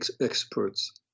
experts